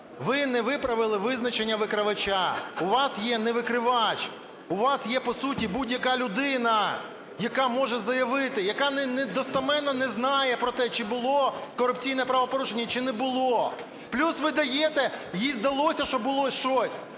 ви не виправили визначення викривача. У вас є не викривач, у вас є по суті будь-яка людина, яка може заявити, яка достеменно не знає про те, чи було корупційне правопорушення, чи не було. Плюс ви даєте… їй здалося, що було щось,